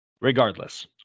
regardless